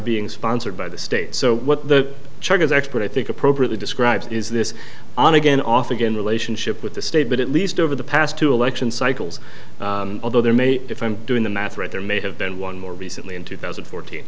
being sponsored by the state so what the charges expert i think appropriately described is this on again off again relationship with the state but at least over the past two election cycles although there may if i'm doing the math right there may have been one more recently in two thousand and fourteen